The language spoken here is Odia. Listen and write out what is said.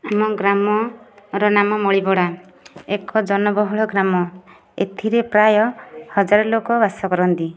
ଆମ ଗ୍ରାମର ନାମ ମଳିପଡ଼ା ଏକ ଜନବହୁଳ ଗ୍ରାମ ଏଥିରେ ପ୍ରାୟ ହଜାରେ ଲୋକ ବାସ କରନ୍ତି